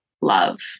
love